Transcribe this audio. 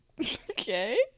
Okay